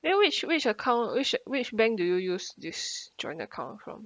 then which which account which which bank do you use this joint account from